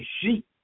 sheep